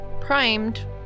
Primed